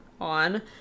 on